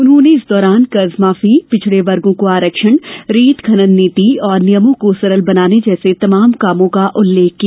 उन्होंने इस दौरान कर्ज माफी पिछड़े वर्गों को आरक्षण रेत खनन नीति और नियमों को सरल बनाने जैसे तमाम कामों का उल्लेख किया